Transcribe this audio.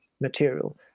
material